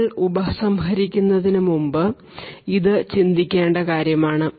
നമ്മൾ ഉപസംഹരിക്കുന്നതിന് മുമ്പ് ഇത് ചിന്തിക്കേണ്ട കാര്യമാണ്